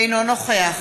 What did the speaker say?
אינו נוכח